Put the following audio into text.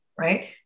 right